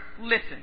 listen